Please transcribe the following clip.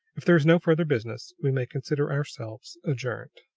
if there is no further business, we may consider ourselves adjourned.